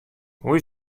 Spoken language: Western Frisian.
hoe